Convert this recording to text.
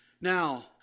Now